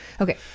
Okay